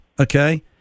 okay